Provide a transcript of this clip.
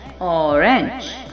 orange